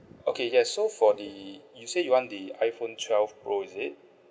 okay yes so for the you say you want the iPhone twelve pro is it